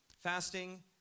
Fasting